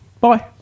Bye